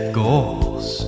goals